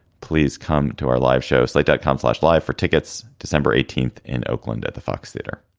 please come to our live shows like dot com slash live for tickets december eighteenth in oakland at the fox theater.